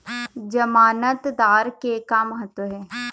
जमानतदार के का महत्व हे?